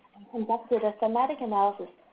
conducted a thematic analysis,